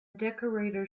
decorator